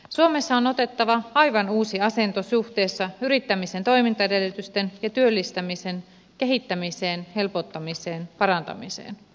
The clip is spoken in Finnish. suomessa on otettava aivan uusi asento suhteessa yrittämisen toimintaedellytysten ja työllistämisen kehittämiseen helpottamiseen parantamiseen